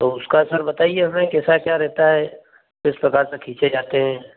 तो उसका सर बताइए हमें कैसा क्या रहता है किस प्रकार से खींचे जाते हैं